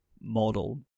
model